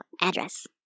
address